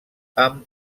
amb